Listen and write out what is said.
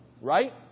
Right